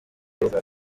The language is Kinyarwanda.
rugo